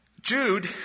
Jude